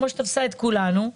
כמו שתפסה את כולנו,